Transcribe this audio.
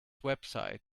website